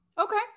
Okay